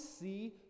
see